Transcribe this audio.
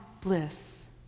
bliss